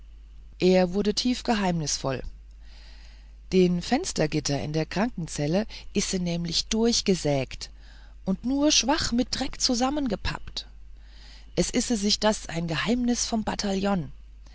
er wurde tief geheimnisvoll den fenstergitter in der krankenzelle ise nämlich durchgesägt und nur schwach mit dreck zusammengepappt es ise sich das ein geheimnis vom bataljohn